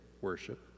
worship